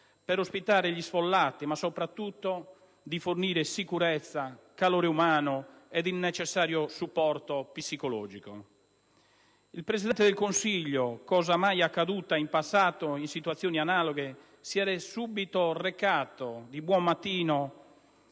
per ospitare gli sfollati, ma soprattutto di fornire sicurezza, calore umano ed il necessario supporto psicologico. Il Presidente del Consiglio, cosa mai accaduta in passato in situazioni analoghe, si è subito recato di buon mattino